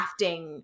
crafting